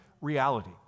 reality